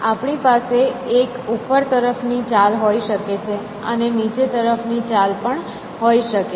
આપણી પાસે એક ઉપર તરફ ની ચાલ હોઈ શકે છે અને નીચે તરફ ની ચાલ પણ હોઈ શકે છે